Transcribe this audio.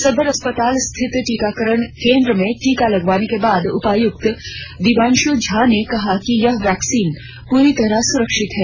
सदर अस्पताल स्थित टीकाकरण केंद्र में टीका लगवाने के बाद उपायुक्त दिव्यांशु झा ने कहा कि यह वैक्सीन पूरी तरह सुरक्षित है